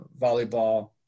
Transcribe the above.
volleyball